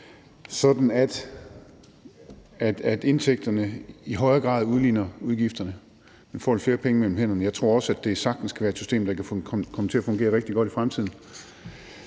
sådan at indtægterne i højere grad udligner udgifterne. Man får lidt flere penge mellem hænderne. Jeg tror også, at det sagtens kan være et system, der kan komme til at fungere rigtig godt i fremtiden.